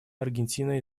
аргентина